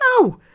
No